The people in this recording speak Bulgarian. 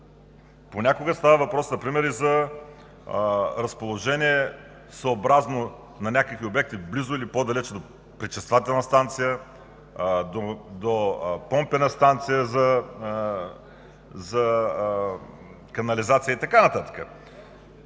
Понякога става въпрос например и за разположение на някакви обекти близо или по-далеч съобразно пречиствателна станция, до помпена станция за канализация и така нататък.